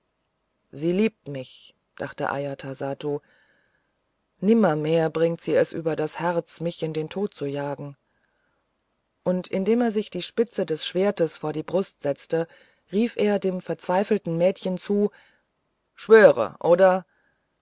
sie liebt mich dachte ajatasattu nimmermehr bringt sie es über das herz mich in den tod zu jagen und indem er sich die spitze des schwertes vor die brust setzte rief er dem verzweifelten mädchen zu schwöre oder